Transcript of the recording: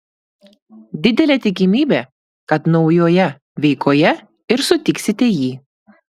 didelė tikimybė kad naujoje veikoje ir sutiksite jį